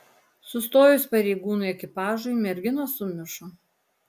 sustojus pareigūnų ekipažui merginos sumišo